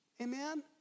amen